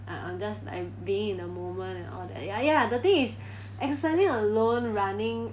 I'm I'm just like being in a moment and all that ya ya the thing is exercising alone running